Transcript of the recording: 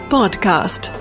Podcast